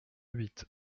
huit